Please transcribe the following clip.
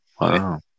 Wow